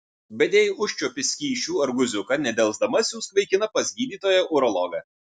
bet jei užčiuopi skysčių ar guziuką nedelsdama siųsk vaikiną pas gydytoją urologą